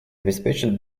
обеспечат